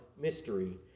mystery